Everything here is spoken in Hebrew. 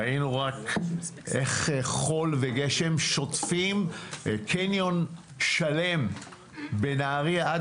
ראינו איך חול וגשם שוטפים קניון שלם בנהריה עד